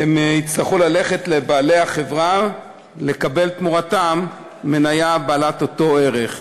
יצטרכו ללכת לבעלי החברה ולקבל תמורתן מניה בעלת אותו ערך.